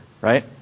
right